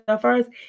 first